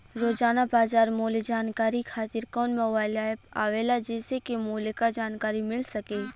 रोजाना बाजार मूल्य जानकारी खातीर कवन मोबाइल ऐप आवेला जेसे के मूल्य क जानकारी मिल सके?